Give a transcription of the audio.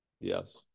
Yes